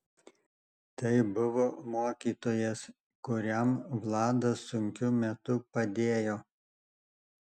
tai buvo mokytojas kuriam vladas sunkiu metu padėjo